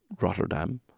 Rotterdam